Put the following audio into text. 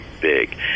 big